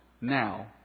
now